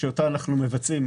שאותה אנחנו מבצעים,